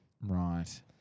Right